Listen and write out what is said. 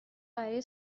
برای